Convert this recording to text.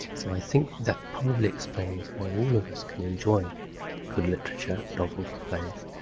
so i think that probably explains why all of us can enjoy good literature, novels and plays,